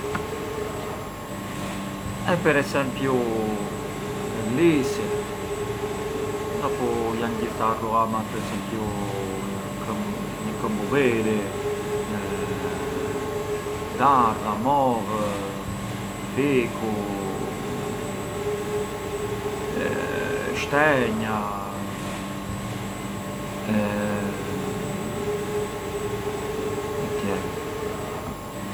E per esempiu, lizi, e dopu jan gjithë ardullamat per esempiu, një këmb ulliri, dardha, mollë, fiku, shtenja e tjerët.